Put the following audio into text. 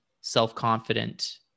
self-confident